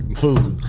food